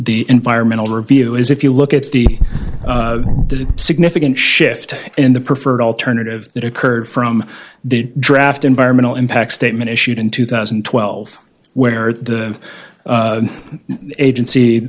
the environmental review is if you look at the significant shift in the preferred alternative that occurred from the draft environmental impact statement issued in two thousand and twelve where the agency